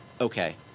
okay